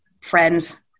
friends